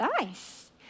nice